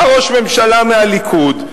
בא ראש ממשלה מהליכוד,